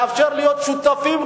לאפשר להם להיות שותפים,